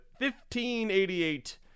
1588